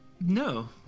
No